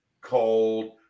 cold